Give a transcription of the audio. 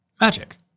Magic